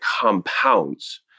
compounds